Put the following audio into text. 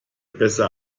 besser